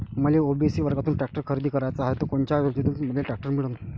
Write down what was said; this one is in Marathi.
मले ओ.बी.सी वर्गातून टॅक्टर खरेदी कराचा हाये त कोनच्या योजनेतून मले टॅक्टर मिळन?